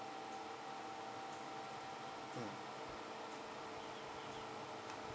mm